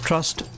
Trust